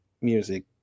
music